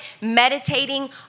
meditating